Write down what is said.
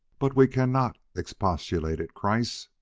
but we cannot expostulated kreiss.